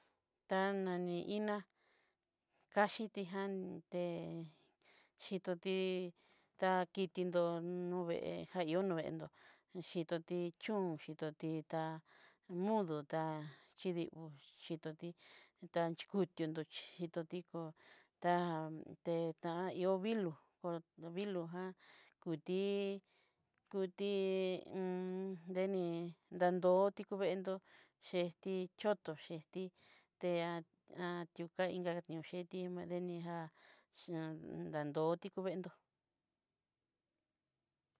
Ta nani iná, taxhiti ján té xhitoti ta kití dón, nuvee jayón noveendó xhítotí chón, xhítoti tá modú tá kidió xhitotí ta kudión dó xhí kitoticó tá te o'te tá ihó viló, vilójan kuti kuti dení nado'otí kuventó xhestí chotó xhistí teá tu ka inka ñó xhetí demijá dandotí kuventó.